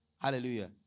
Hallelujah